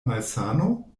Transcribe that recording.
malsano